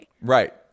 Right